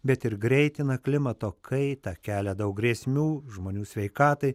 bet ir greitina klimato kaitą kelia daug grėsmių žmonių sveikatai